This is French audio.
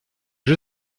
jeu